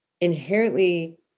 inherently